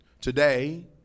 Today